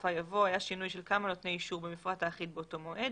בסופה יבוא "היה שינוי של כמה נותני אישור במפרט האחיד באותלו מועד,